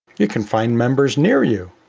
you can find members near you,